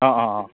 অঁ অঁ অঁ